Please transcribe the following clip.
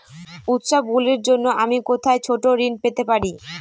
উত্সবগুলির জন্য আমি কোথায় ছোট ঋণ পেতে পারি?